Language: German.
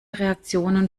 reaktionen